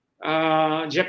Japan